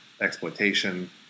exploitation